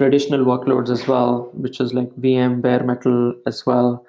traditional workloads as well, which is like vm bare metal as well.